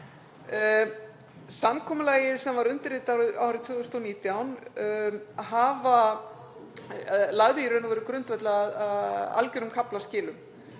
Samkomulagið sem var undirritað árið 2019 lagði í raun og veru grundvöll að algjörum kaflaskilum.